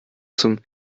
zum